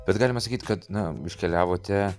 bet galima sakyt kad na iškeliavote